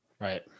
Right